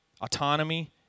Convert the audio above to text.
autonomy